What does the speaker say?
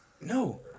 No